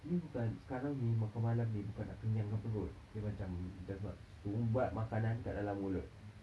ni bukan sekarang ni makan malam ni bukan nak kenyangkan perut dia macam just nak sumbatkan makanan kat dalam mulut